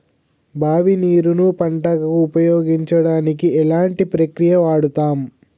బావి నీరు ను పంట కు ఉపయోగించడానికి ఎలాంటి ప్రక్రియ వాడుతం?